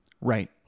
Right